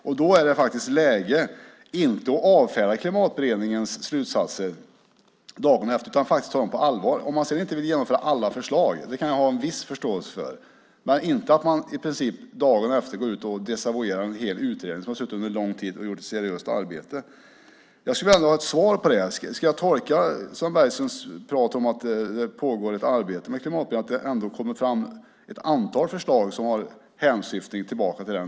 Därför är det nu läge att inte redan dagen efter Klimatutredningen avfärda dess slutsatser utan att faktiskt ta dem på allvar. Om man sedan inte vill genomföra alla förslag kan jag ha viss förståelse för det. Men jag kan inte ha förståelse för att man i princip dagen efter går ut och desavouerar en hel utredning som under en lång tid har gjort ett seriöst arbete. Jag skulle vilja ha ett svar. Ska jag tolka Sven Bergströms prat om att ett arbete pågår med Klimatberedningen som att det kommer ett antal förslag som syftar tillbaka på den?